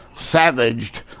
savaged